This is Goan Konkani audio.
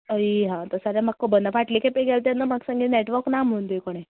हयी हां तशें जाल्या म्हाका खबर ना फाटल्या खेपी गेल तेन्ना म्हाका सांगी नेटवर्क ना म्हण थंय कोणे